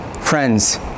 Friends